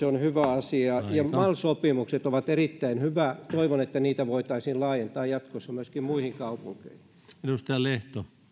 on tavoitteena hyvä asia ja mal sopimukset ovat erittäin hyvä toivon että niitä voitaisiin laajentaa jatkossa myöskin muihin kaupunkeihin